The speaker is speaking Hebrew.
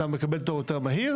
אתה מקבל תור יותר מהיר.